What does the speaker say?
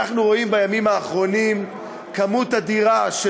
אנחנו רואים בימים האחרונים כמות אדירה של